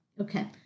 Okay